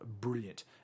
brilliant